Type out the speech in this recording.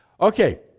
Okay